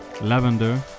lavender